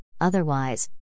otherwise